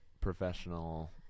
professional